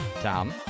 Tom